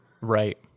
Right